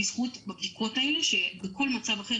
ראינו את זה בזכות הבדיקות האלה שבכל מצב אחר